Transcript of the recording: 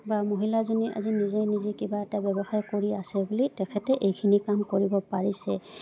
বা মহিলাজনীয়ে আজি নিজে নিজেই কিবা এটা ব্যৱসায় কৰি আছে বুলি তেখেতে এইখিনি কাম কৰিব পাৰিছে